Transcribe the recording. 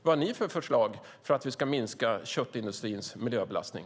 Vilka förslag har ni för att minska köttindustrins miljöbelastning?